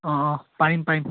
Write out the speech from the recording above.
অঁ অঁ পাৰিম পাৰিম